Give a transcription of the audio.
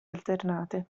alternate